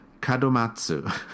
Kadomatsu